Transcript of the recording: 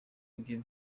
ibyo